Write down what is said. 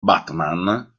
batman